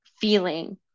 feeling